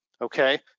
okay